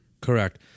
Correct